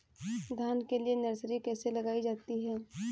धान के लिए नर्सरी कैसे लगाई जाती है?